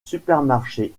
supermarché